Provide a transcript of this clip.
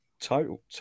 total